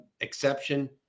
exception